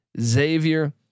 Xavier